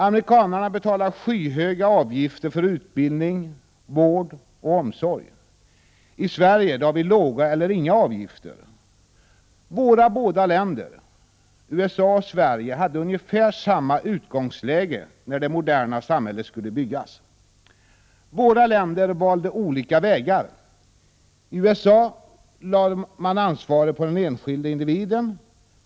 Amerikanarna betalar skyhöga avgifter för utbildning, vård och omsorg. I Sverige har vi låga eller inga avgifter. Både USA och Sverige hade ungefär samma utgångsläge när det moderna samhället skulle byggas. Våra länder valde olika vägar. I USA lade man ansvaret på den enskilde individen.